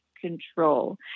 control